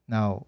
Now